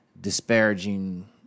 disparaging